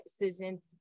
decision